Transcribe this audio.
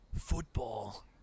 football